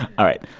all right.